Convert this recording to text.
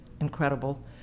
incredible